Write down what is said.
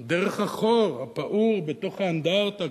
דרך החור הפעור בתוך האנדרטה,